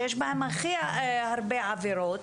שיש בהן הכי הרבה עבירות,